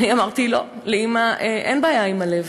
ואני אמרתי: לא, לאימא אין בעיה עם הלב.